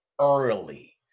early